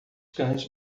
cães